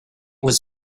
was